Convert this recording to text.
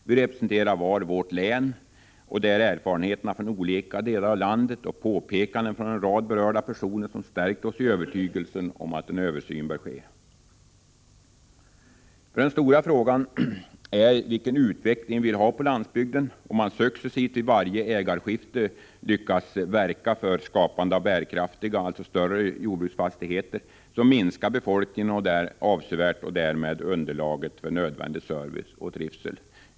Vi representerar vårt län, och det är erfarenheterna från olika delar av landet och påpekanden från en rad berörda personer som stärkt oss i övertygelsen att en översyn bör ske. Den stora frågan är vilken utveckling vi vill ha på landsbygden. Om man successivt vid varje ägarskifte lyckas verka för skapande av bärkraftiga, alltså större, jordbruksfastigheter, minskar landsbygdsbefolkningen avsevärt och därmed underlaget för nödvändig service och trivsel.